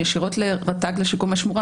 ישירות לרט"ג לשיקום השמורה,